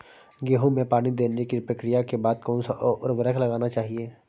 गेहूँ में पानी देने की प्रक्रिया के बाद कौन सा उर्वरक लगाना चाहिए?